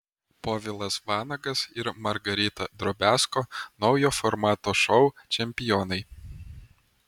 povilas vanagas ir margarita drobiazko naujo formato šou čempionai